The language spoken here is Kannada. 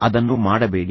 ಅದನ್ನು ಮಾಡಬೇಡಿ